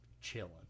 chilling